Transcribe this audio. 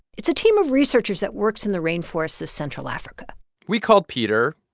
it's a team of researchers that works in the rainforests of central africa we called peter,